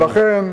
ולכן